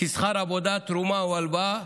כשכר עבודה, תרומה או הלוואה,